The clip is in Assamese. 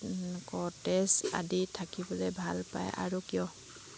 কটেজ আদিত থাকিবলৈ ভাল পায় আৰু কিয়